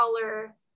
color